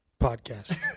Podcast